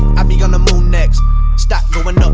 i be on the moon next stop going